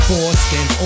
Boston